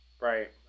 Right